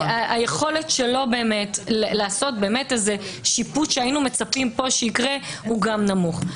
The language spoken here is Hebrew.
היכולת שלו לעשות שיפוץ שהיינו מצפים שיקרה פה היא גם נמוכה.